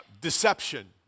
Deception